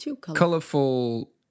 colorful